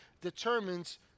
determines